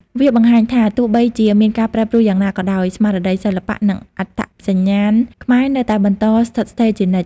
វាបង្ហាញថា ទោះបីជាមានការប្រែប្រួលយ៉ាងណាក៏ដោយ ស្មារតីសិល្បៈ និងអត្តសញ្ញាណខ្មែរនៅតែបន្តស្ថិតស្ថេរជានិច្ច។